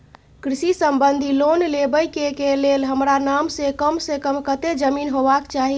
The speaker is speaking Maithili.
कृषि संबंधी लोन लेबै के के लेल हमरा नाम से कम से कम कत्ते जमीन होबाक चाही?